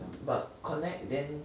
but connect then